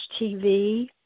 TV